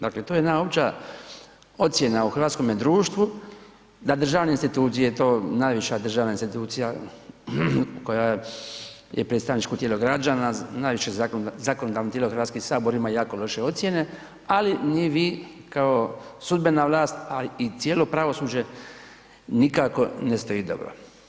Dakle to je jedna opća ocjena u hrvatskome društvu da državne institucije i to najviša državna institucija koja je predstavničko tijelo građana, najviše zakonodavno tijelo Hrvatski sabor ima jako loše ocjene ali ni vi kao sudbena vlast ali i cijelo pravosuđe nikako ne stoji dobro.